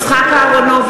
בעד יצחק אהרונוביץ,